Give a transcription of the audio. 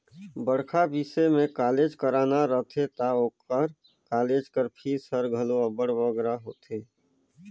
बड़खा बिसे में कॉलेज कराना रहथे ता ओकर कालेज कर फीस हर घलो अब्बड़ बगरा होथे